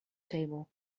table